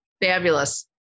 fabulous